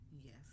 Yes